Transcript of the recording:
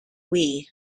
wii